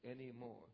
anymore